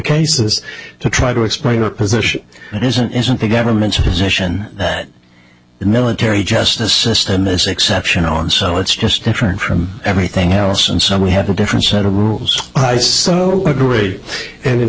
cases to try to explain our position isn't isn't the government's position that the military justice system is exceptional and so it's just different from everything else and so we have a different set of rules i so agree and in